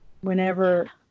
whenever